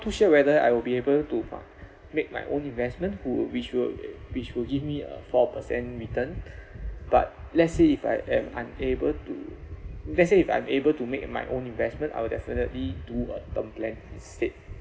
too sure whether I will be able to what make my own investment who which will which will give me a four percent return but let's say if I am unable to let's say if I'm able to make my own investment I will definitely do a term plan instead